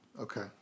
Okay